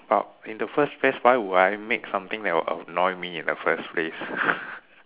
but in the first place why would I make something that would annoy me in the first place